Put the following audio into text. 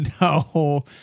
no